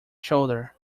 shoulder